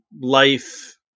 life